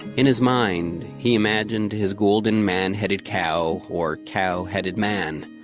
in his mind, he imagined his golden man-headed cow, or cow-headed man,